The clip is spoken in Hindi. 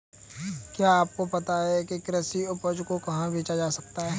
क्या आपको पता है कि कृषि उपज को कहाँ बेचा जा सकता है?